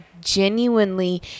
genuinely